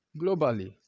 globally